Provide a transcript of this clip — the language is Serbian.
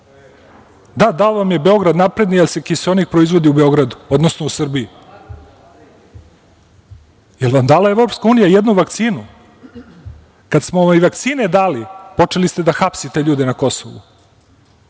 Da, dao vam je Beograd, napredni, jer se kiseonik proizvodu u Beogradu, odnosno u Srbiji. Jel vam dala EU jednu vakcinu? Kad smo vakcine dali počeli ste da hapsite ljude na Kosovu,